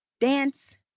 dance